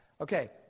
Okay